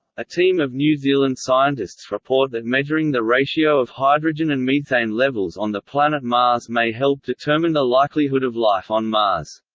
a team of new zealand scientists report that measuring the ratio of hydrogen and methane levels on the planet mars may help determine the likelihood of life on mars.